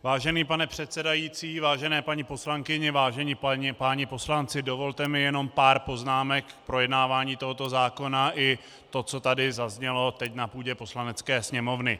Vážený pane předsedající, vážené paní poslankyně, vážení páni poslanci, dovolte mi jenom pár poznámek k projednávání tohoto zákona i tomu, co tady zaznělo teď na půdě Poslanecké sněmovny.